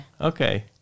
Okay